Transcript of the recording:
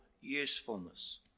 usefulness